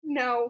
no